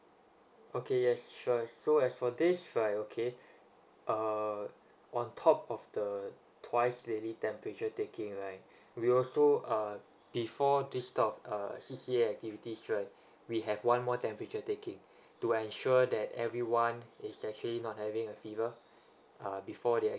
okay yes sure so as for this right okay err on top of the twice daily temperature taking right we also uh before this type of uh C_C_A activities right we have one more temperature taking to ensure that everyone is actually not having a fever uh before they're